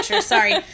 Sorry